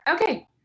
Okay